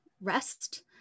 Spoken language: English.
rest